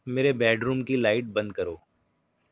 میرے bedroom کی light بند کرو